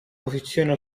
posizione